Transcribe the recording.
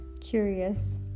curious